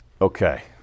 Okay